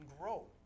grow